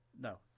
No